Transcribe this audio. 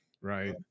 right